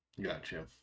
Gotcha